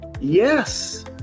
yes